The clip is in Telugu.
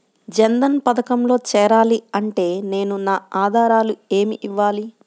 జన్ధన్ పథకంలో చేరాలి అంటే నేను నా ఆధారాలు ఏమి ఇవ్వాలి?